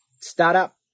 startup